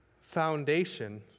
foundation